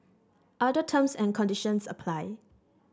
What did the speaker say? other terms and conditions apply